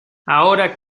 ahora